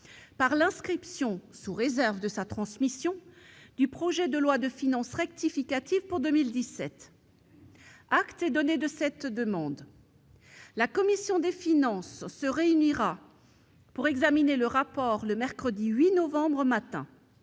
par l'inscription, sous réserve de sa transmission, du projet de loi de finances rectificative pour 2017. Acte est donné de cette demande. La commission des finances se réunira pour examiner le rapport le mercredi 8 novembre au matin.